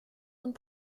und